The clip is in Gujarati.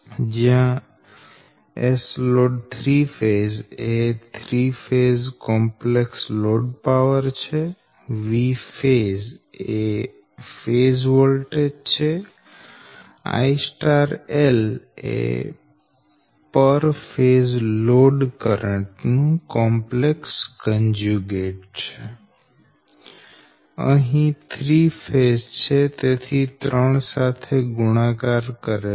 જયાં S Load 3ɸ 3 phase complex load power Vphase phase voltage IL પર ફેઝ લોડ કરંટ નું કોમ્પ્લેક્સ કોન્જ્યુગેટ અહી 3ɸ છે તેથી 3 સાથે ગુણાકાર કરેલ છે